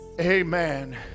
Amen